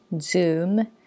zoom